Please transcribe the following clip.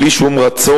בטח בלי שום רצון,